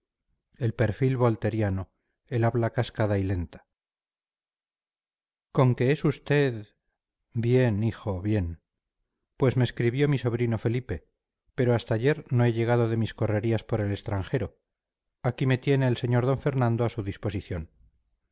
el perfil volteriano el habla cascada y lenta con que es usted bien hijo bien pues me escribió mi sobrino felipe pero hasta ayer no he llegado de mis correrías por el extranjero aquí me tiene el sr d fernando a su disposición